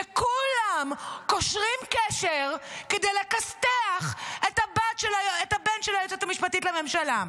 וכולם קושרים קשר כדי לכסתח את הבן של היועצת המשפטית לממשלה.